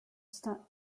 start